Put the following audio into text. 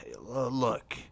look